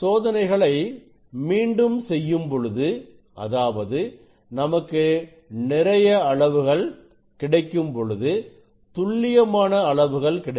சோதனைகளை மீண்டும் செய்யும்பொழுது அதாவது நமக்கு நிறைய அளவுகள் கிடைக்கும் பொழுது துல்லியமான அளவுகள் கிடைக்கும்